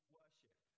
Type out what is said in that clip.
worship